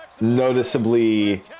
noticeably